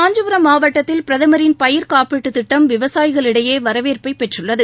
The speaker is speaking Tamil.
காஞ்சிபுரம் மாவட்டத்தில் பிரதமரின் பயிர்க்காப்பீட்டுத் திட்டம் விவசாயிகளிடையே வரவேற்பை பெற்றுள்ளது